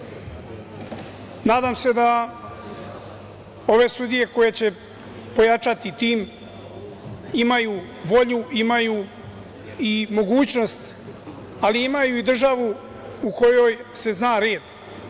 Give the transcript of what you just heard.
Nadam se da ove sudije koje će pojačati tim imaju volju, imaju mogućnost, ali imaju i državu u kojoj se zna red.